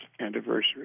anniversary